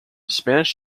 spanish